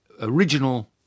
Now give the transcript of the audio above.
original